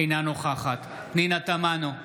אינה נוכחת פנינה תמנו,